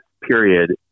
period